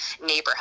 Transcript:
neighborhood